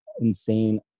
insane